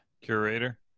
curator